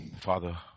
Father